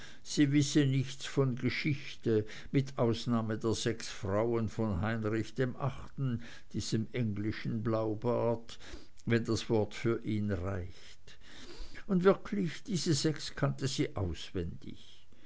sie wisse nichts von geschichte mit ausnahme der sechs frauen von heinrich dem achten diesem englischen blaubart wenn das wort für ihn reicht und wirklich diese sechs kannte sie auswendig